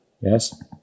yes